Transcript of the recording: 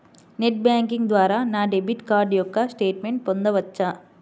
Net banking ద్వారా నా debit card యొక్క స్టేట్మెంట్ పొందవచ్చా?